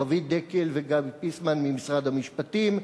רוית דקל וגבי ויסמן ממשרד המשפטים,